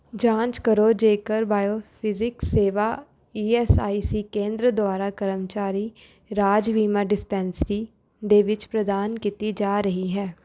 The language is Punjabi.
ਜਾਂਚ ਕਰੋ ਜੇਕਰ ਬਾਇਓਫਿਜ਼ਿਕਸ ਸੇਵਾ ਈ ਐਸ ਆਈ ਸੀ ਕੇਂਦਰ ਦੁਆਰਾ ਕਰਮਚਾਰੀ ਰਾਜ ਬੀਮਾ ਡਿਸਪੈਂਸਰੀ ਦੇ ਵਿੱਚ ਪ੍ਰਦਾਨ ਕੀਤੀ ਜਾ ਰਹੀ ਹੈ